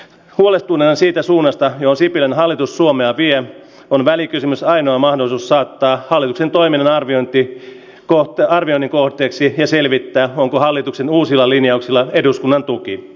nuole tunne siitä suunnasta jos intian hallitus suomea pian on välikysymys aina mahdollista että hallituksen toiminnan arviointi skoottearvioinnin kohteeksi ja selvittää onko hallituksen uusilla linjauksilla eduskunnan tuki